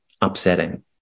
upsetting